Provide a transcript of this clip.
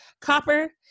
copper